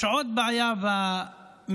יש עוד בעיה במתווה,